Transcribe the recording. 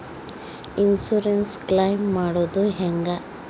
Insurance claim ಮಾಡೋದು ಹೆಂಗ?